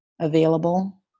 available